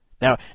Now